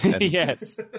yes